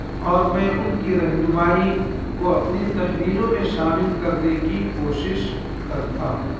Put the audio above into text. اور میں ان کی رہنمائی کو اپنی تحریروں میں شامل کرنے کی کوشش کرتا ہوں